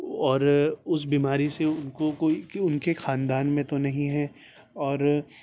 اور اس بیماری سے ان کو کوئی کہ ان کے خاندان میں تو نہیں ہے اور